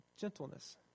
Gentleness